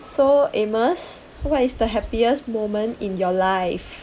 so amos what is the happiest moment in your life